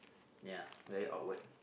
ya very outward